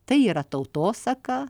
tai yra tautosaka